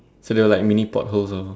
so they're like mini potholes ah